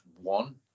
one